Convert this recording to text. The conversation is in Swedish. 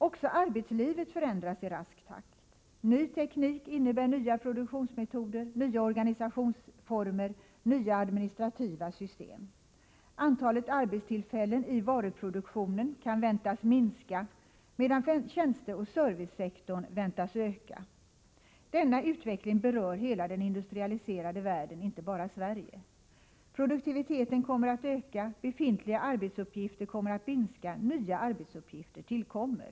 Också arbetslivet förändras i rask takt. Ny teknik innebär nya produktionsmetoder, nya organisationsformer och nya administrativa system. Antalet arbetstillfällen i varuproduktionen kan väntas minska, medan Nr 22 tjänsteoch servicesektorn väntas öka. Denna utveckling berör hela den Onsdagen den industrialiserade världen — inte bara Sverige. Produktiviteten kommer att — 7 november 1984 öka, befintliga arbetsuppgifter kommer att minska, och nya arbetsuppgifter tillkommer.